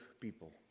people